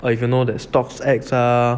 err if you know that stocks act ah